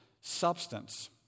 substance